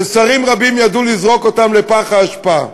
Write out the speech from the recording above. ששרים רבים ידעו לזרוק אותן לפח האשפה.